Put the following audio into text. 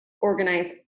organize